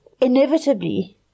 inevitably